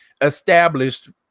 established